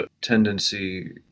tendency